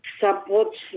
supports